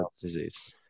disease